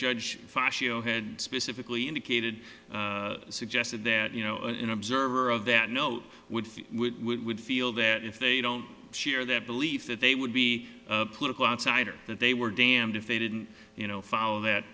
judge specifically indicated suggested that you know an observer of that note would feel that if they don't share that belief that they would be political outsider that they were damned if they didn't follow that